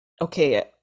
okay